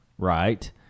Right